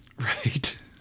Right